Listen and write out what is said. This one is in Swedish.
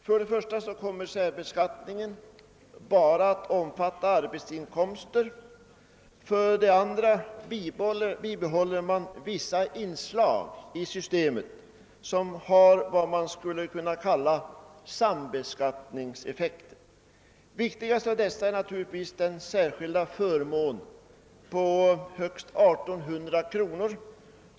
För det första kommer särbeskattningen bara att omfatta arbetsinkomster, och för det andra bibehåller man i systemet vissa inslag som har vad man skulle kunna kalla sambeskattningseffekt. Viktigast av dessa är naturligtvis den särskilda förmån på högst 1 800 kr.